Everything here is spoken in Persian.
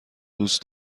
دوست